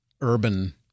urban